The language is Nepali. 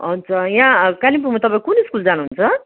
अन्त यहाँ कालिम्पोङमा तपाईँ कुन स्कुल जानु हुन्छ